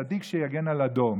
צדיק שיגן על הדור.